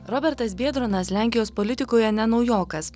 robertas biedronas lenkijos politikoje ne naujokas